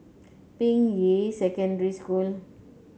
Ping Yi Secondary School